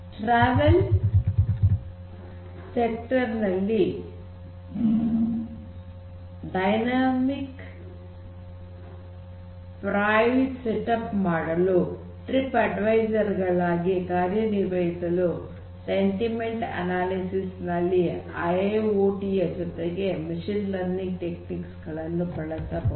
travel ಸೆಕ್ಟರ್ನಲ್ಲಿ dynamic price setup ಮಾಡಲು trip advisor ಗಳಾಗಿ ಕಾರ್ಯ ನಿರ್ವಹಿಸಲು ಸೆಂಟಿಮೆಂಟ್ ಅನಾಲಿಸಿಸ್ ನಲ್ಲಿ ಐ ಐ ಓ ಟಿ ಯ ಜೊತೆಗೆ ಮಷೀನ್ ಲರ್ನಿಂಗ್ ಟೆಕ್ನಿಕ್ಸ್ ಗಳನ್ನು ಬಳಸಬಹುದು